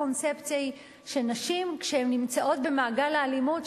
הקונספציה היא שכשנשים נמצאות במעגל האלימות,